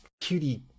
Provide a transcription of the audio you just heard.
cutie